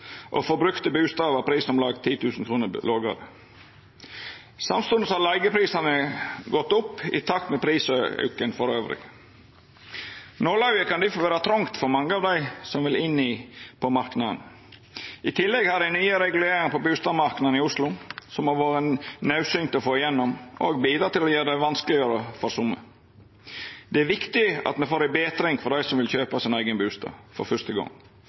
om lag 10 000 kr lågare. Samstundes har leigeprisane gått opp i takt med prisauken elles. Nålauget kan difor vera trongt for mange av dei som vil inn på marknaden. I tillegg har den nye reguleringa på bustadmarknaden i Oslo, som det har vore naudsynt å få igjennom, òg bidratt til å gjera det vanskelegare for somme. Det er viktig at me får ei betring for dei som vil kjøpa seg eigen bustad for første gong.